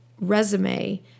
resume